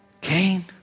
Cain